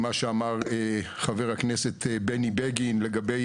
עם מה שאמר חבר הכנסת בני בגין לגבי